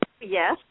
Yes